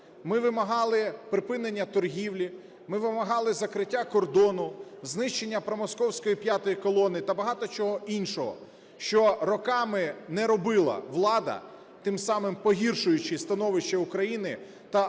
ми вимагали припинення торгівлі, ми вимагали закриття кордону, знищення промосковської "п'ятої колони" та багато чого іншого, що роками не робила влада, тим самим погіршуючи становище України та, фактично,